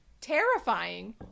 terrifying